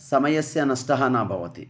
समयस्य नष्टः न भवति